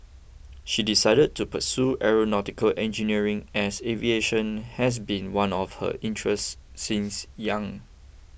she decided to pursue Aeronautical Engineering as aviation has been one of her interests since young